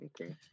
Okay